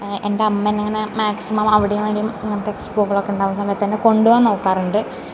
എൻ്റ അമ്മ എന്നെങ്ങനെ മാക്സിമം അവിടേയും ഇവിടേയും ഇങ്ങനത്തെ എക്സ്പോകൾ ഉണ്ടാകുന്ന സമയത്ത് എന്നെ കൊണ്ടുപോകാൻ നോക്കാറുണ്ട്